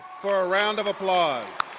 for a round of applause.